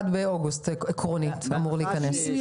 אז עקרונית זה אמור להיכנס מ-1 באוגוסט?